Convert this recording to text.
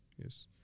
Yes